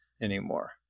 anymore